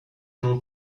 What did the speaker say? mon